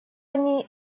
они